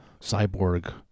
cyborg